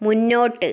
മുന്നോട്ട്